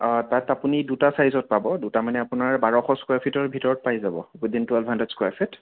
তাত আপুনি দুটা চাইজত পাব দুটা মানে আপোনাৰ বাৰশ স্কোৱাৰ ফিটৰ ভিতৰত পাই যাব within twelve hundred square fit